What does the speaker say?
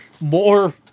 More